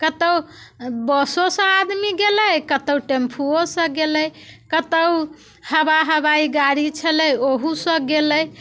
कतहुँ बसोसँ आदमी गेलै कतहुँ टेम्पूओसँ गेलै कतहुँ हवा हवाई गाड़ी छलै ओहू से गेलै